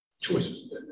choices